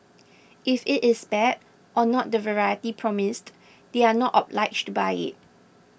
if it is bad or not the variety promised they are not obliged to buy it